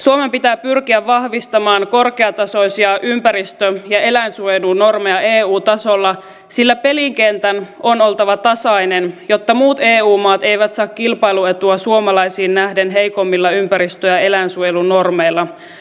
suomen pitää pyrkiä vahvistamaan korkeatasoisia ympäristö ja eläinsuojelunormeja eu tasolla sillä pelikentän on oltava tasainen jotta muut eu maat eivät saa kilpailuetua suomalaisiin nähden heikommilla ympäristö ja eläinsuojelunormeilla